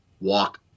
walk